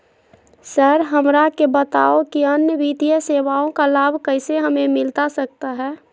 Sir हमरा के बताओ कि अन्य वित्तीय सेवाओं का लाभ कैसे हमें मिलता सकता है?